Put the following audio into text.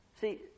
See